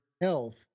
health